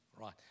right